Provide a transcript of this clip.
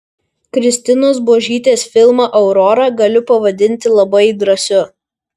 kristinos buožytės filmą aurora galiu pavadinti labai drąsiu